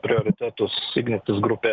prioritetus ignitis grupė